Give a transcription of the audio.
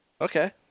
Okay